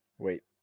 Wait